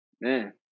man